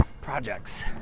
projects